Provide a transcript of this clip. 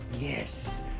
yes